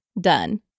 done